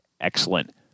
excellent